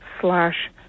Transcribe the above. slash